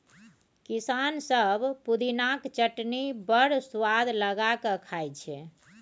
किसान सब पुदिनाक चटनी बड़ सुआद लगा कए खाइ छै